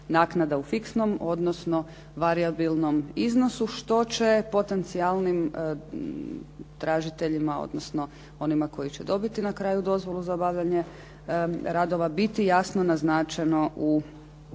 u fiksnom, odnosno varijabilnom iznosu što će potencijalnim tražiteljima, odnosno onima koji će dobiti na kraju dozvolu za obavljanje radova, biti jasno naznačeno